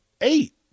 eight